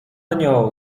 nią